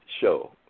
show